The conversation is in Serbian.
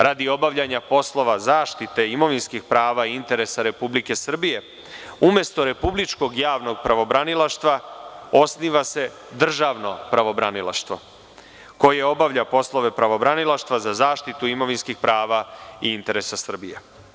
Radi obavljanja poslova zaštite imovinskih prava i interesa Republike Srbije umesto republičkog javnog pravobranilaštva osniva se državno pravobranilaštvo koje obavlja poslove pravobranilaštva za zaštitu imovinskih prava i interesa Srbije.